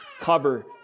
cover